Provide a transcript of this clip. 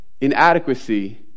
inadequacy